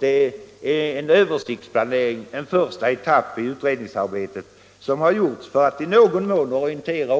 Det är en översiktsplanering, dvs. en första etapp i utredningsarbetet som gjorts för att orientera